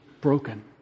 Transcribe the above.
Broken